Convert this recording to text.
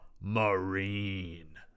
Marine